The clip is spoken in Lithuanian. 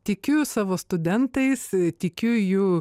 tikiu savo studentais tikiu jų